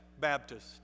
Baptist